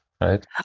right